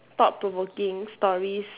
thought provoking stories